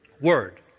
word